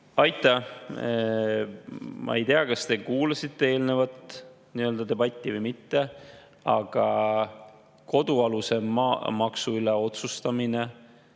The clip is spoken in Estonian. Aitäh! Ma ei tea, kas te kuulasite eelnevat debatti või mitte, aga kodualuse maa maksu üle otsustamine,